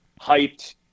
hyped